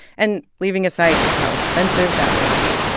and leaving aside how expensive that would be,